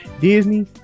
Disney